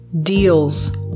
deals